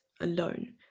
alone